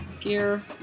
Gear